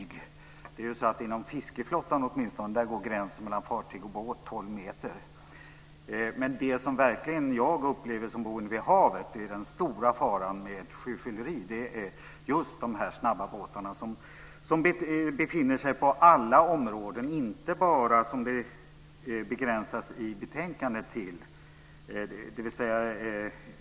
Åtminstone inom fiskeflottan går gränsen mellan fartyg och båt vid 12 meter. Det som jag som boende vid havet verkligen upplever som en stor fara med sjöfylleri är de snabba båtar som finns inom alla områden, inte bara inom dem som man i betänkandet begränsar sig till.